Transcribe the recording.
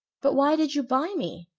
but why did you buy me?